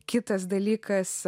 kitas dalykas